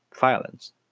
violence